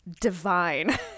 divine